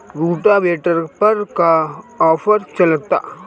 Rotavator पर का offer चलता?